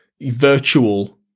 virtual